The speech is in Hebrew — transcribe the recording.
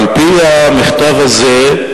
על-פי המכתב הזה,